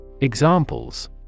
Examples